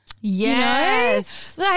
Yes